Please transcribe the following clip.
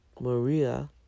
Maria